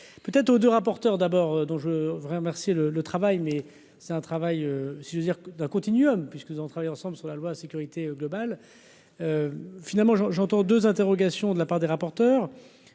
Peut-être aux 2 rapporteurs d'abord dont je voudrais remercier le le travail mais c'est un travail si je veux dire d'un continuum puisqu'ils ont travaillé ensemble sur la loi sécurité globale, finalement j'entends 2 interrogations de la part des rapporteurs,